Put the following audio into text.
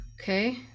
okay